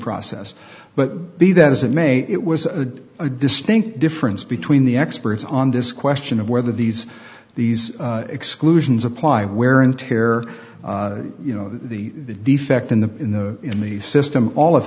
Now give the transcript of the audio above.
process but be that as it may it was a a distinct difference between the experts on this question of whether these these exclusions apply wear and tear you know the defect in the in the in the system all of